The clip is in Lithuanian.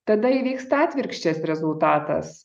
tada įvyksta atvirkščias rezultatas